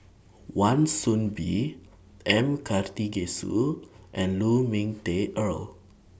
Wan Soon Bee M Karthigesu and Lu Ming Teh Earl